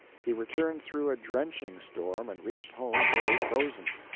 he returned through a drenching storm and reached home nearly frozen.